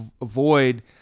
avoid